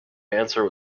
answer